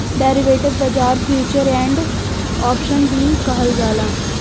derivative बाजार futures and option भी कहल जाला